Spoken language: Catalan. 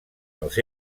els